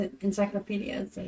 encyclopedias